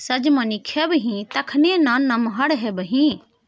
सजमनि खेबही तखने ना नमहर हेबही